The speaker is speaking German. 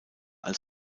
als